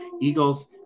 Eagles